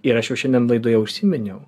ir aš jau šiandien laidoje užsiminiau